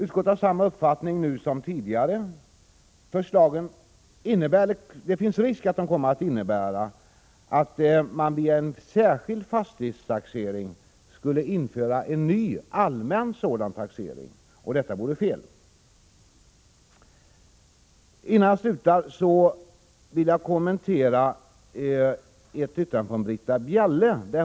Utskottet har samma uppfattning nu som tidigare: Det finns risk för att förslagen kommer att innebära att man via en särskild fastighetstaxering skulle införa en ny allmän sådan taxering, och detta vore fel. Innan jag slutar vill jag kommentera ett yttrande från Britta Bjelle.